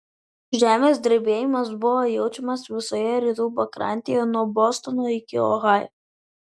žemės drebėjimas buvo jaučiamas visoje rytų pakrantėje nuo bostono iki ohajo